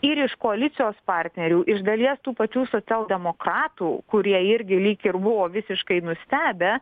ir iš koalicijos partnerių iš dalies tų pačių socialdemokratų kurie irgi lyg ir buvo visiškai nustebę